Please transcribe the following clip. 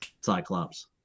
Cyclops